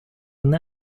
and